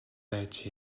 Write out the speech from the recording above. байж